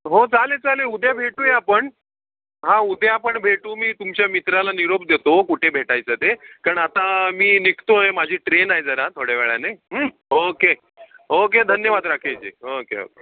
हो चालेल चालेल उद्या भेटूया आपण हां उद्या आपण भेटू मी तुमच्या मित्राला निरोप देतो कुठे भेटायचं ते कारण आता मी निघतो आहे माझी ट्रेन आहे जरा थोड्या वेळाने ओके ओके धन्यवाद राकेशजी ओके ओके